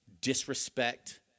disrespect